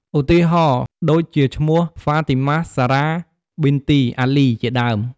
ឧទាហរណ៍ដូចជាឈ្មោះ ហ្វាទីម៉ះ សារ៉ា ប៊ីនទី អាលី ជាដើម។